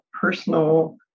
personal